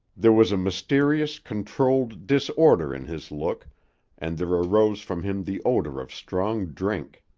there was a mysterious, controlled disorder in his look and there arose from him the odor of strong drink.